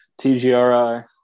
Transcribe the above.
TGRI